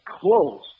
close